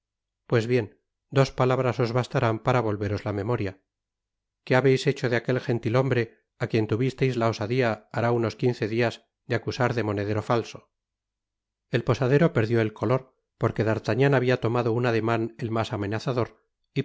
pues bien dos palabras os bastarán para volveros la memoria qué habeis hecho de aquel gentil-hombre á quien tuvisteis la osadía hará unos quince dias de acusar de monedero falso el posadero perdió el color porque d'artagnan habia tomado un ademan el mas amenazador